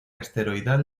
asteroidal